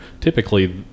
typically